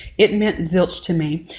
it meant zilch to me